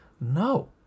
No